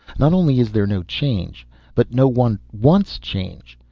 not only is there no change but no one wants change.